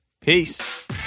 Peace